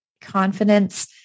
confidence